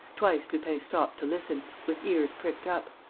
twice lupin stopped to listen, with ears pricked up.